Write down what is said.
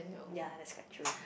yea that's quite true